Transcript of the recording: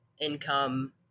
income